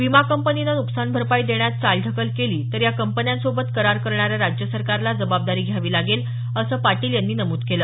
विमा कंपनीने नुकसान भरपाई देण्यात चालढकल केली तर या कंपन्यांसोबत करार करणाऱ्या राज्य सरकारला जबाबदारी घ्यावी लागेल असं पाटील यांनी नमूद केलं